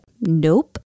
nope